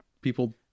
people